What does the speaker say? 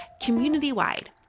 community-wide